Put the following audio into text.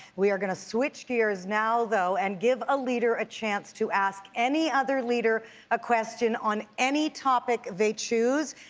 we are going to switch gears now, though, and give a leader a chance to ask any other leader a question on any topic they choose.